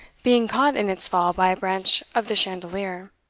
being caught in its fall by a branch of the chandelier.